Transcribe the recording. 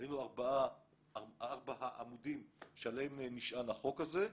היינו ארבעה העמודים שעליהם נשען החוק הזה.